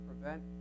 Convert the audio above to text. prevent